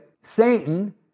Satan